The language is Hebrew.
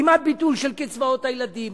כמעט ביטול של קצבאות הילדים,